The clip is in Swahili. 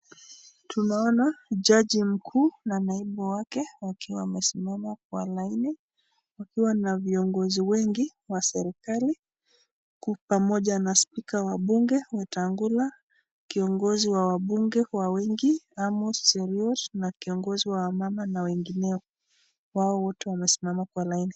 Tunaona jaji mkuu pamoja na naibu wake wakiwa wamesimama kwa laini, wakiwa na viongozi wengi wa serikali pamoja na speaker wa bunge, Wetangula, kiangozi wa wabunge wa wengi, Amos Cheruiyot na kiongozi wa wamama na wengineo. Wao wote wamesimama kwa laini.